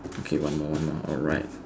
okay one more one more alright